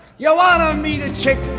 yeah wanna meet a chick?